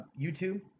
YouTube